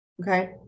Okay